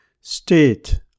state